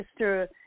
Mr